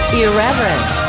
irreverent